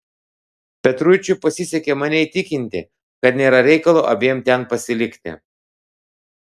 petruičiui pasisekė mane įtikinti kad nėra reikalo abiem ten pasilikti